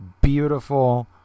beautiful